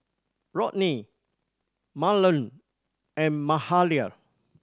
Rodney Marland and Mahalia